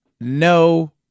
no